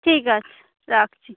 ঠিক আছে রাখছি